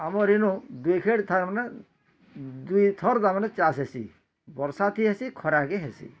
ଆମର ଇନୁ ଦୁଖେଡ଼୍ ଥା ମାନେ ଦୁଇଥର୍ ତା' ମାନେ ଚାଷ୍ ହେସିଁ ବର୍ଷାକେ ହେସିଁ ଖରାକେ ହେସିଁ